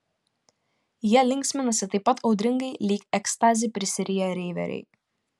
jie linksminasi taip pat audringai lyg ekstazi prisiriję reiveriai